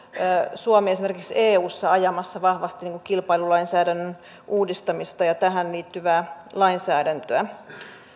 suomi esimerkiksi eussa ajamassa vahvasti kilpailulainsäädännön uudistamista ja tähän liittyvää lainsäädäntöä